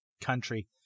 country